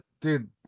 dude